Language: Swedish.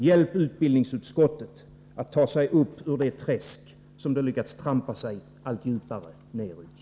Hjälp utbildningsutskottet att ta sig upp ur det träsk som det lyckats trampa sig allt djupare ner i.